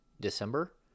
December